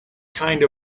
kind